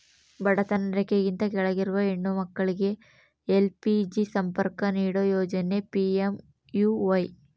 ಬಡತನ ರೇಖೆಗಿಂತ ಕೆಳಗಿರುವ ಹೆಣ್ಣು ಮಕ್ಳಿಗೆ ಎಲ್.ಪಿ.ಜಿ ಸಂಪರ್ಕ ನೀಡೋ ಯೋಜನೆ ಪಿ.ಎಂ.ಯು.ವೈ